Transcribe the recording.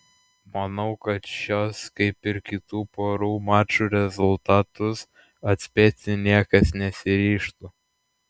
manau kad šios kaip ir kitų porų mačų rezultatus atspėti niekas nesiryžtų